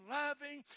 loving